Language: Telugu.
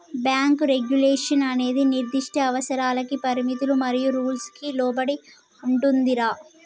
బ్యాంకు రెగ్యులేషన్ అన్నది నిర్దిష్ట అవసరాలకి పరిమితులు మరియు రూల్స్ కి లోబడి ఉంటుందిరా